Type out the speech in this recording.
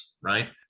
right